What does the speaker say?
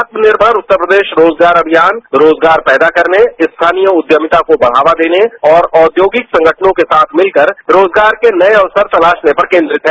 आत्मगनिर्मर उत्तर प्रदेश रोजगार अभियान रोजगार पैदा करने स्थानीय उद्यम्ता को बढ़ावा देने और औद्योगिक संगठनों के साथ मिलकर रोजगार के नये अवसर तलाशने पर केन्द्रित है